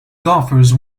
golfers